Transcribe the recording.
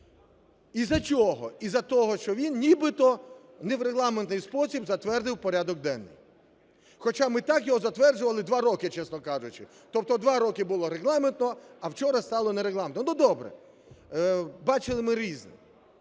Із-за чого? Із-за того, що він нібито не в регламентний спосіб затвердив порядок денний, хоча ми так його затверджували два роки, чесно кажучи. Тобто два роки було регламентно, а вчора стало нерегламентно. Ну, добре, бачили ми різне.